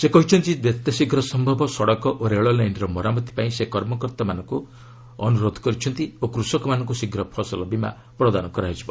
ସେ କହିଛନ୍ତି ଯେତେ ଶୀଘ୍ର ସମ୍ଭବ ସଡ଼କ ଓ ରେଳଲାଇନ୍ର ମରାମତି ପାଇଁ ସେ କର୍ମକର୍ତ୍ତାମାନଙ୍କୁ କହିଛନ୍ତି ଓ କୃଷକମାନଙ୍କୁ ଶୀଘ୍ର ଫସଲ ବୀମା ପ୍ରଦାନ କରାଯିବ